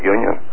Union